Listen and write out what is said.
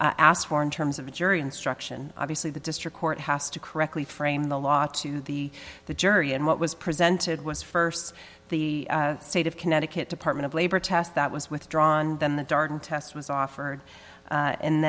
in terms of a jury instruction obviously the district court has to correctly frame the law to the the jury and what was presented was first the state of connecticut department of labor test that was withdrawn then the darden test was offered a